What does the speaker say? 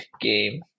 game